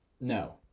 No